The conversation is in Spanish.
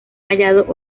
hallado